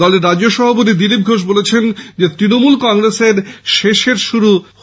দলের রাজ্য সভাপতি দিলীপ ঘোষ বলেছেন তৃণমূল কংগ্রেসের শেষের শুরু হয়েছে